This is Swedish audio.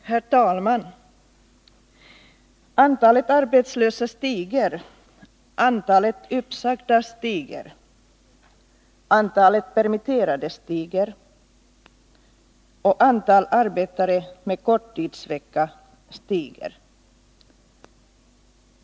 Nr 44 Herr talman! Antalet arbetslösa stiger. Antalet uppsagda stiger. Antalet permitterade stiger. Antalet arbetare med korttidsvecka stiger.